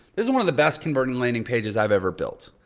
this is one of the best converting landing pages i've ever built.